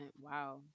Wow